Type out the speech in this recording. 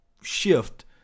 shift